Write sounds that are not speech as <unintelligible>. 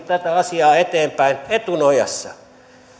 <unintelligible> tätä asiaa eteenpäin etunojassa